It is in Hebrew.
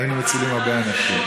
הם היו מצילים הרבה אנשים.